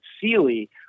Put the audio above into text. Sealy